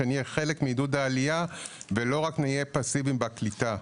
שנהיה חלק מעידוד העלייה ולא רק נהיה פסיביים בקליטה.